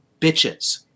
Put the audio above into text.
bitches